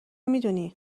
میدونی